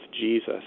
Jesus